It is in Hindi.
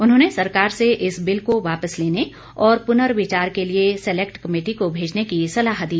उन्होंने सरकार से इस बिल को वापस लेने और पुनर्विचार के लिए सेलेक्ट कमेटी को भेजने की सलाह दी